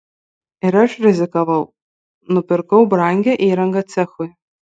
ir aš rizikavau nupirkau brangią įrangą cechui